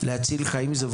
להציל חיים זה וולונטרי?